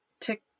tick